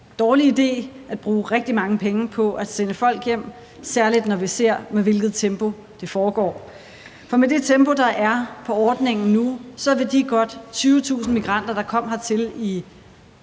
dårlig idé at bruge rigtig mange penge på at sende folk hjem, særlig når vi ser, i hvilket tempo det foregår. For med det tempo, der er på ordningen nu, vil de godt 20.000 migranter, der kom hertil i